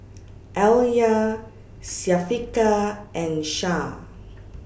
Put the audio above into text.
Alya Syafiqah and Shah